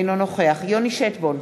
אינו נוכח יוני שטבון,